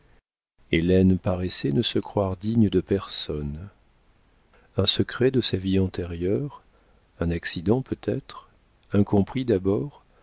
paraissait ne se croire digne de personne un secret de sa vie antérieure un accident peut-être incompris